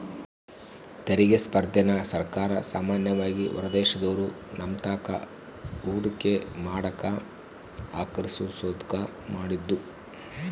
ತೆರಿಗೆ ಸ್ಪರ್ಧೆನ ಸರ್ಕಾರ ಸಾಮಾನ್ಯವಾಗಿ ಹೊರದೇಶದೋರು ನಮ್ತಾಕ ಹೂಡಿಕೆ ಮಾಡಕ ಆಕರ್ಷಿಸೋದ್ಕ ಮಾಡಿದ್ದು